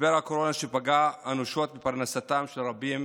משבר הקורונה, שפגע אנושות בפרנסתם של רבים,